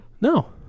no